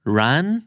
run